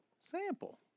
Sample